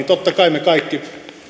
totta kai me kaikki